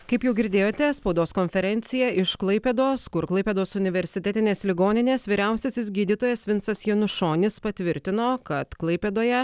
kaip jau girdėjote spaudos konferenciją iš klaipėdos kur klaipėdos universitetinės ligoninės vyriausiasis gydytojas vincas janušonis patvirtino kad klaipėdoje